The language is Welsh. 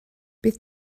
bydd